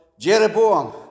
Jeroboam